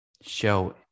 show